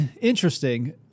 Interesting